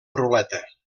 ruleta